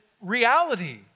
reality